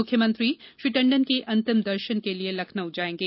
मुख्यमंत्री श्री टंडन के अंतिम दर्शन के लिए लखनऊ जाएंगे